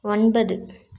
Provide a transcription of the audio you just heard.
ஒன்பது